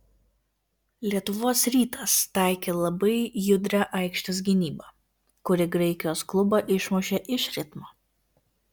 lietuvos rytas taikė labai judrią aikštės gynybą kuri graikijos klubą išmušė iš ritmo